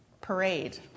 parade